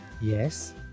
Yes